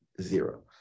Zero